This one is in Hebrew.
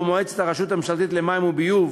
שבו מועצת הרשות הממשלתית למים וביוב,